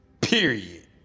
period